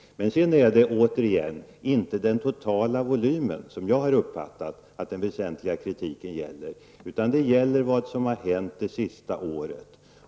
Jag har inte uppfattat att den väsentliga kritiken gäller den totala volymen. Den gäller vad som har hänt det sista året.